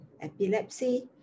epilepsy